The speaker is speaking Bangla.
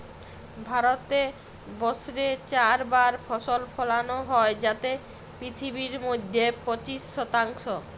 ভারতে বসরে চার বার ফসল ফলালো হ্যয় যাতে পিথিবীর মইধ্যে পঁচিশ শতাংশ